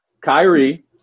Kyrie